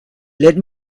let